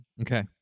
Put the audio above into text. Okay